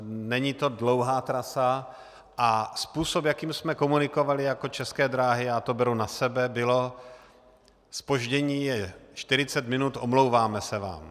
Není to dlouhá trasa a způsob, jakým jsme komunikovali jako České dráhy, já to beru na sebe, bylo: zpoždění je 40 minut, omlouvám se vám.